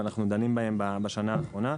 ואנחנו דנים בהם בשנה האחרונה.